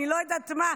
אני לא יודעת מה.